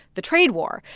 the trade war.